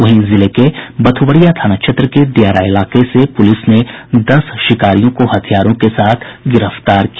वहीं जिले के बथुवरिया थाना क्षेत्र के दियारा इलाके से पुलिस ने दस शिकारियों को हथियारों के साथ गिरफ्तार किया